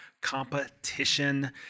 competition